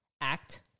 Act